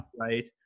right